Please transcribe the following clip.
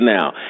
now